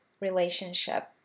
relationship